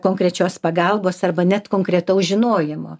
konkrečios pagalbos arba net konkretaus žinojimo